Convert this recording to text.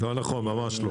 ממש לא.